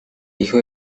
hijo